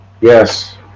Yes